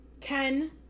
Ten